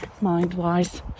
mind-wise